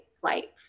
flight